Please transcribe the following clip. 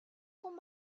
хүн